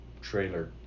trailer